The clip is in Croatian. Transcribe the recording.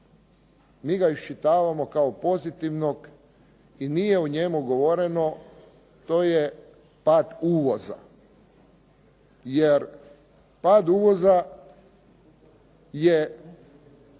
mi ga iščitavamo kao pozitivnog i nije o njemu govoreno to je pad uvoza. Jer pad uvoza je